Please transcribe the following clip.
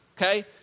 okay